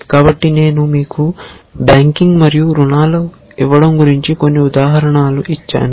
కాబట్టి నేను మీకు బ్యాంకింగ్ మరియు రుణాలు ఇవ్వడం గురించి కొన్ని ఉదాహరణలు ఇచ్చాను